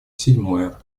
седьмое